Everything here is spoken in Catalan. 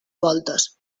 voltes